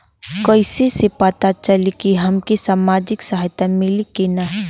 कइसे से पता चली की हमके सामाजिक सहायता मिली की ना?